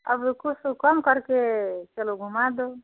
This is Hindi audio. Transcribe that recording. अब रुकूी सो कम कर के चलो घुमा दो